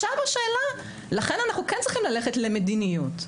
לכן אנחנו צריכים ללכת למדיניות,